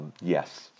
Yes